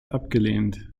abgelehnt